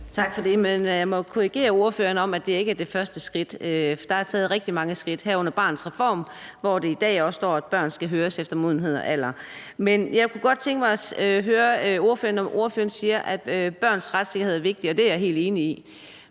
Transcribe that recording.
Tak for det. Jeg må jo korrigere ordføreren med, at det ikke er det første skridt. Der er taget rigtig mange skridt, herunder Barnets Reform, hvor der i dag også står, at børn skal høres efter modenhed og alder. Men jeg kunne godt tænke mig at høre ordføreren, når ordføreren siger, at børns retssikkerhed er vigtig – og det er jeg helt enig i,